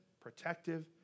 protective